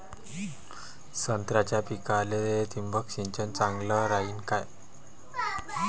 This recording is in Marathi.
संत्र्याच्या पिकाले थिंबक सिंचन चांगलं रायीन का?